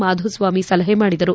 ಮಾಧುಸ್ವಾಮಿ ಸಲಹೆ ಮಾಡಿದರು